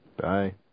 Bye